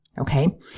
Okay